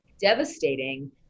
devastating